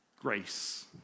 grace